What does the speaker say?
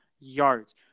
yards